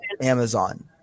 Amazon